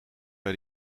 bij